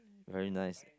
very nice